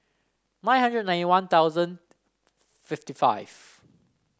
nine hundred ninety One Thousand fifty five